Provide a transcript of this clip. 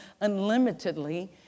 unlimitedly